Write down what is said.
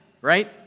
right